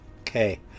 Okay